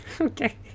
Okay